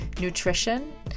nutrition